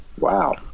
wow